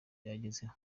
byagezeho